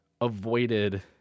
avoided